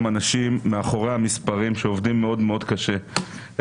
אנשים מאחורי המספרים והם עובדים מאוד מאוד קשה,